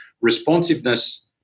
responsiveness